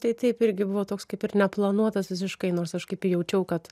tai taip irgi buvo toks kaip ir neplanuotas visiškai nors aš kaip jaučiau kad